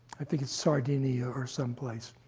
i think it's sardinia or someplace.